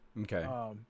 Okay